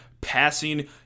passing